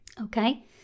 Okay